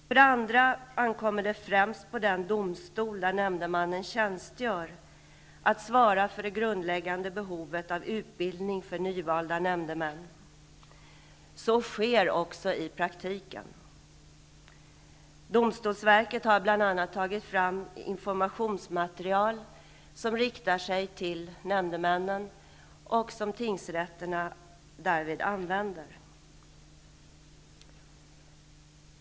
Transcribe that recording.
För det andra ankommer det främst på den domstol där nämndemannen tjänstgör att svara för det grundläggande behovet av utbildning för nyvalda nämndemän. Så sker också i praktiken. Domstolsverket har bl.a. tagit fram informationsmaterial som riktar sig till nämndemän och som tingsrätterna därvid använder.